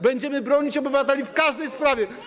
Będziemy bronić obywateli w każdej sprawie.